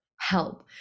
help